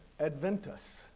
Adventus